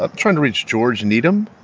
ah trying to reach george needham